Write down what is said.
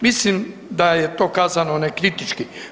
Mislim da je to kazano nekritički.